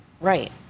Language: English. right